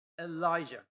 Elijah